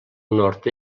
nord